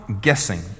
guessing